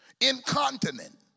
Incontinent